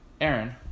Aaron